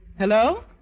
Hello